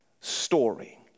story